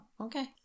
okay